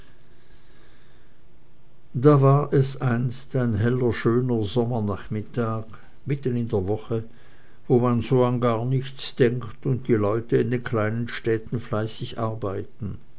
da war es einst ein heller schöner sommernachmittag mitten in der woche wo man so an gar nichts denkt und die leute in den kleinen städten fleißig arbeiten